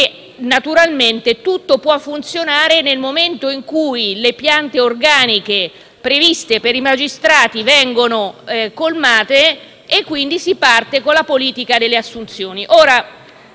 detto che tutto può funzionare nel momento in cui le piante organiche previste per i magistrati vengono colmate e quindi si parte con la politica delle assunzioni.